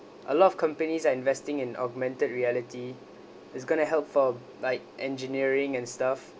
a lot of companies are investing in augmented reality it's going help for like engineering and stuff